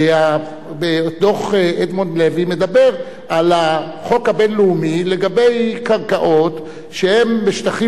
דוח אדמונד לוי מדבר על החוק הבין-לאומי לגבי קרקעות שהן בשטחים מוחזקים